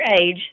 age